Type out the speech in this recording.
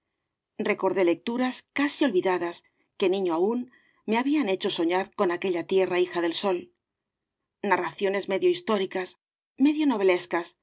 recordé lecturas casi olvidadas que niño aún me habían hecho soñar con aquella tierra hija del sol narraciones medio históricas medio